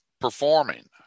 performing